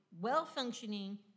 well-functioning